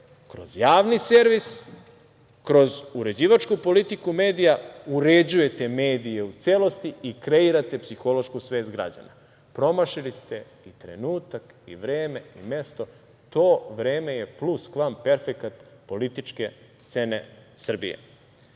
kroz Javni servis, kroz uređivačku politiku medija uređuje medije u celosti i kreirate psihološku svest građana. Promašili ste trenutak i vreme i mesto. To vreme je pluskvamperfekat političke scene Srbije. Dakle,